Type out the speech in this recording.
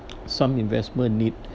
some investment need